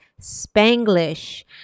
Spanglish